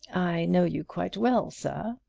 i know you quite well, sir,